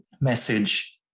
message